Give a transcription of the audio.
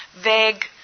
vague